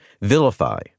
vilify